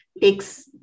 takes